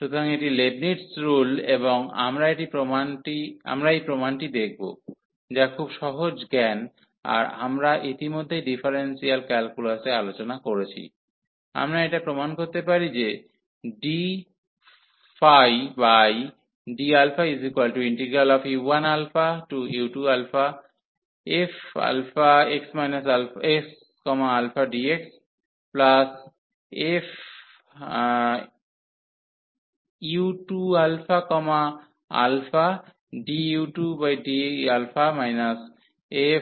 সুতরাং এটি Leibniz rule এবং আমরা এই প্রমাণটি দেখব যা খুব সহজ জ্ঞান আর আমরা ইতিমধ্যেই ডিফারেনসিয়াল ক্যালকুলাসে আলোচনা করেছি আমরা এটা প্রমাণ করতে পারি যে এটি ddu1u2fxαdxfu2αdu2dα fu1αdu1dα